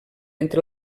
entre